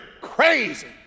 crazy